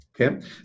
Okay